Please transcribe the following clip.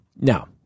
now